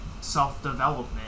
self-development